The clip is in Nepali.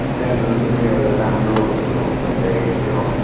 क्यामेरा पनि एउटा राम्रो भएको फोन चाहिएको थियो